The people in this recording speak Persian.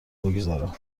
بگذارم